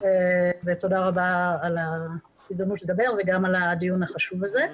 תודה רבה על ההזדמנות לדבר וגם על הדיון החשוב הזה.